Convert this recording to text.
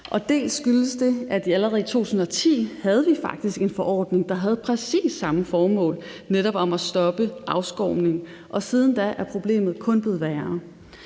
Det skyldes dels, at vi allerede i 2010 faktisk havde en forordning, der havde præcis samme formål, netop at stoppe afskovning, og siden da er problemet kun blevet værre.